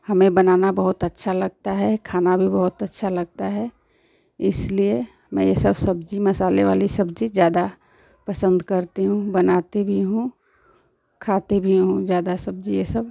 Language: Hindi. हमें बनाना बहुत अच्छा लगता है खाना भी बहुत अच्छा लगता है इसलिए मैं यह सब सब्ज़ी मसाले वाली सब्ज़ी ज़्यादा पसन्द करती हूँ बनाती भी हूँ खाती भी हूँ ज़्यादा सब्ज़ी यह सब